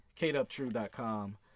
kateuptrue.com